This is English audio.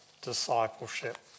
discipleship